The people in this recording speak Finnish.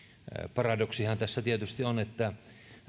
paradoksihan tässä tietysti on että